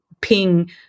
ping